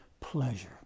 pleasure